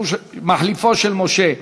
מחליפו של משה,